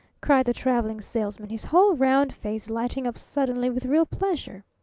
cried the traveling salesman, his whole round face lighting up suddenly with real pleasure.